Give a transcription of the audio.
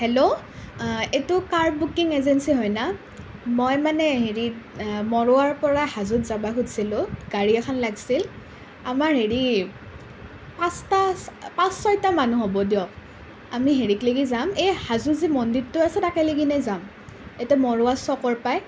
hello এইটো car booking agency হয় নে মই মানে হেৰিৰ মৰুৱাৰ পৰা হাজোত যাব খুজিছিলোঁ গাড়ী এখন লাগিছিল আমাৰ হেৰি পাঁচটা পাঁচ ছয়টা মানুহ হ'ব দিয়ক আমি হেৰিলেকে যাম এই হাজোত যে মন্দিৰটো আছে তাৰলৈকে যাম এই যে মৰুৱাৰ ওচৰত পায়